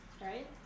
Right